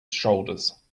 shoulders